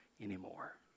anymore